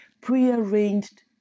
prearranged